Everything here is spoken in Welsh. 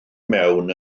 mewn